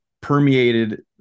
permeated